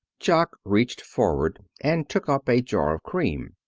jock reached forward and took up a jar of cream.